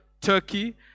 Turkey